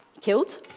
killed